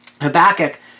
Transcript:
Habakkuk